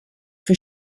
for